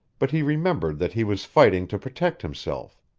but he remembered that he was fighting to protect himself.